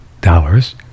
dollars